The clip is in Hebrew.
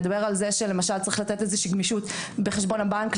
מדבר על כך שצריך לתת איזושהי גמישות בחשבון הבנק,